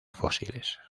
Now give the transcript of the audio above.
fósiles